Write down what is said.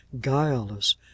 guileless